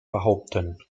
behaupten